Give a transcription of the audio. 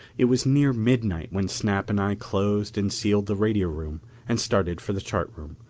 it was near midnight when snap and i closed and sealed the radio room and started for the chart room,